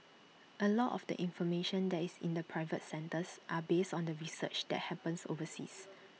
A lot of the information that is in the private centres are based on the research that happens overseas